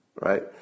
right